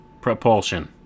propulsion